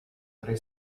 tre